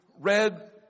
read